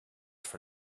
for